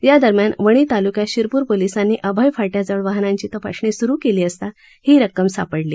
यादरम्यान वणी तालुक्यात शिरपूर पोलिसांनी अभय फाट्याजवळ वाहनांची तपासणी सुरू केली असता ही रक्कम सापडला